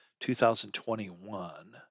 2021